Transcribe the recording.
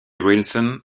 wilson